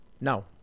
no